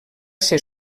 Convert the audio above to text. ser